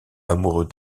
amoureux